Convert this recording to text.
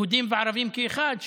יהודים וערבים כאחד,